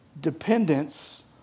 dependence